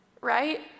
right